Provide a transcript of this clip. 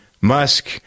Musk